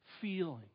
feeling